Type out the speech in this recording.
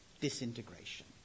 disintegration